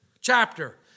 chapter